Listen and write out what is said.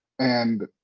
and